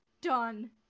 Done